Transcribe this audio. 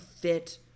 fit